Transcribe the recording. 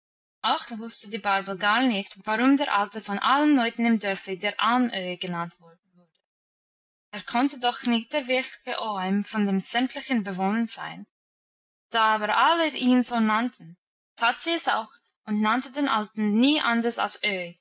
auch wusste die barbel gar nicht warum der alte von allen leuten im dörfli der alm öhi genannt wurde er konnte doch nicht der wirkliche oheim von den sämtlichen bewohnern sein da aber alle ihn so nannten tat sie es auch und nannte den alten nie anders als